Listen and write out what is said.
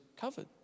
covered